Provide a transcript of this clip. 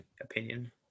opinion